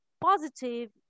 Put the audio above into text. positive